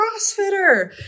CrossFitter